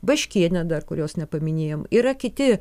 baškienė dar kurios nepaminėjom yra kiti